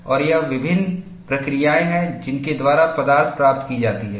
और यह विभिन्न प्रक्रियाएं हैं जिनके द्वारा पदार्थ प्राप्त की जाती है